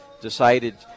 decided